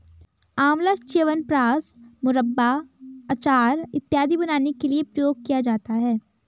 आंवला च्यवनप्राश, मुरब्बा, अचार इत्यादि बनाने के लिए प्रयोग किया जाता है